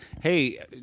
Hey